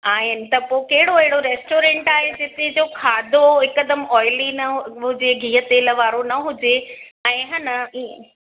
आहिनि त पोइ कहिड़ो अहिड़ो रेस्टोरंट आहे जिते जो खाधो हिकदमि आइली न हुजे गिहु तेल वारो न हुजे ऐं है न